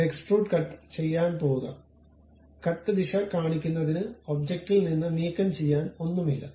extrude cut ചെയ്യാൻ പോകുക cut ദിശ കാണിക്കുന്നത് ഒബ്ജക്റ്റിൽ നിന്ന് നീക്കംചെയ്യാൻ ഒന്നുമില്ല